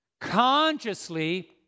consciously